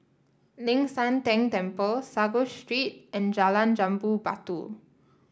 Ling San Teng Temple Sago Street and Jalan Jambu Batu